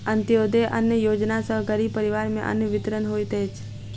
अन्त्योदय अन्न योजना सॅ गरीब परिवार में अन्न वितरण होइत अछि